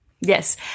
Yes